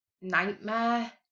nightmare